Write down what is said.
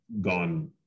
gone